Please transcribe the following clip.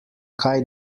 kaj